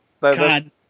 God